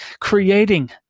creating